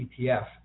ETF